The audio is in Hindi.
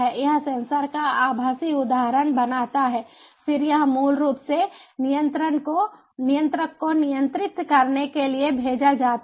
यह सेंसर का आभासी उदाहरण बनाता है फिर यह मूल रूप से नियंत्रक को नियंत्रित करने के लिए भेजा जाता है